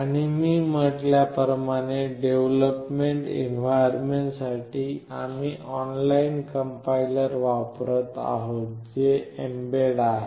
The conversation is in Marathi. आणि मी म्हटल्याप्रमाणे डेव्हलपमेंट एन्व्हारमेन्टसाठी आम्ही ऑनलाइन कंपाईलर वापरत आहोत जे mbed आहे